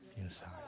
inside